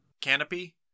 Canopy